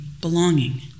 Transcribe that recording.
belonging